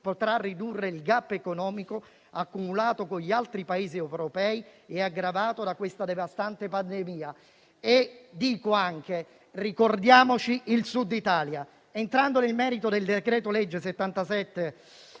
potrà ridurre il *gap* economico accumulato rispetto agli altri Paesi europei e aggravato dalla devastante pandemia. Dico anche: ricordiamoci il Sud Italia. Entrando nel merito del decreto-legge in